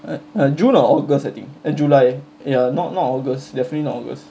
uh uh june or august I think july ya not not august definitely not august